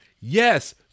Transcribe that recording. Yes